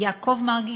יעקב מרגי,